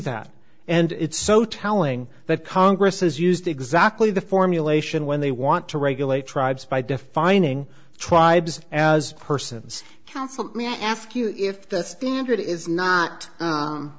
that and it's so telling that congress has used exactly the formulation when they want to regulate tribes by defining tribes as persons counsel let me ask you if the standard is not